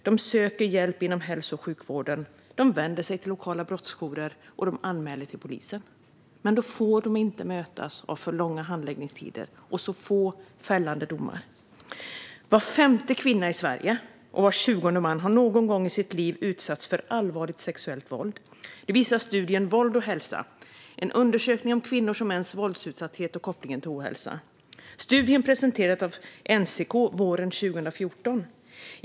De söker hjälp inom hälso och sjukvården, de vänder sig till lokala brottsofferjourer och de anmäler till polisen. Men de får då inte mötas av för långa handläggningstider och så få fällande domar. Var femte kvinna i Sverige och var tjugonde man har någon gång i sitt liv utsatts för allvarligt sexuellt våld. Det visar studien Våld och hälsa - En befolkningsundersökning om kvinnors och mäns våldsutsatthet samt kopplingen till hälsa . Studien presenterades av Nationellt centrum för kvinnofrid, NCK, våren 2014.